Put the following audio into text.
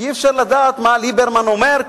כי אי-אפשר לדעת מה ליברמן אומר,